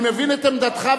אני מבין את עמדתך,